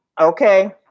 okay